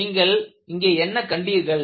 நீங்கள் இங்கே என்ன கண்டீர்கள்